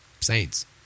Saints